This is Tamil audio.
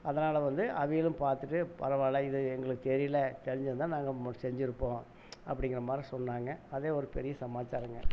அதனால் வந்து அவங்களும் பார்த்துட்டு பரவாயில்ல இது எங்களுக்கு தெரியல தெரிஞ்சிருந்தால் நாங்கள் செஞ்சுருப்போம் அப்படிங்கிற மாதிரி சொன்னாங்கள் அதே ஒரு பெரிய சமாச்சாரம்ங்க